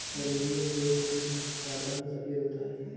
Arabian jasmine का रंग सफेद होता है